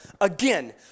Again